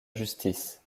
justice